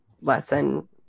lesson